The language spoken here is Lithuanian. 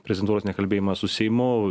prezidentūros nekalbėjimas su seimu